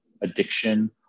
addiction